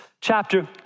chapter